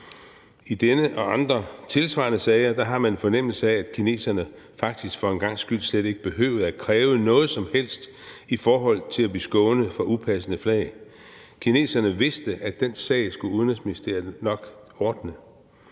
I denne og andre tilsvarende sager har man en fornemmelse af, at kineserne faktisk for en gangs skyld slet ikke behøvede at kræve noget som helst i forhold til at blive skånet for upassende flag. Kineserne vidste, at den sag skulle Udenrigsministeriet nok ordne.